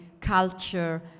culture